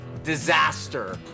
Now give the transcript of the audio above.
disaster